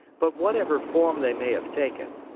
but whatever form they may have taken,